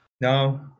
no